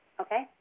Okay